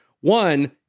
One